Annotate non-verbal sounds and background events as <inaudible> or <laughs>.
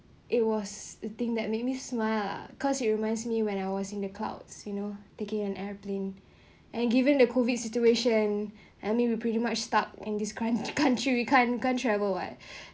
it was the thing that makes me smile lah cause it reminds me when I was in the clouds you know taking an air plane and given the COVID situation I mean we pretty much stuck in this the coun~ country <laughs> we can't can't travel [what]